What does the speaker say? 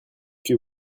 que